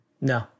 No